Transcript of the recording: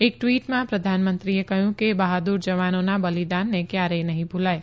એક ટવીટમાં પ્રધાનમંત્રીએ કહ્યું કે બહાદુર જવાનોના બલિદાનને કયારેય નહી ભુલાય